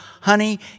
honey